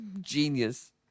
genius